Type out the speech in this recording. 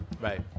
Right